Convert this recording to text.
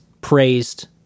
praised